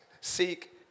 seek